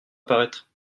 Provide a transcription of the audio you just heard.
apparaître